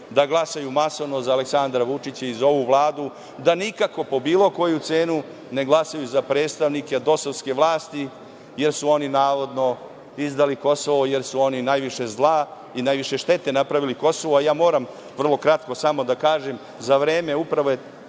da glasaju masovno za Aleksandra Vučića i ovu Vladu, da nikako, po bilo koju cenu, ne glasaju za predstavnike kosovske vlasti, jer su oni navodno priznali Kosovo, jer su oni najviše zla i najviše štete napravili Kosovu. Moram samo vrlo kratko da kažem, za vreme uprave te